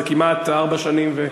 זה כמעט ארבע שנים,